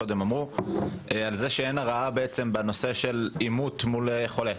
מקודם על זה שאין הרעה באימות מול חולה.